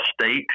State